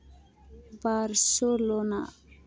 Barcelona